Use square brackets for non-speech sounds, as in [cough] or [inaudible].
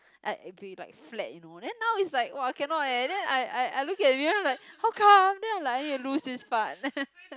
like it will be like flat you know then now is like !wah! cannot then I I I look at it then I'm like how come then I like I need to lose this part [laughs]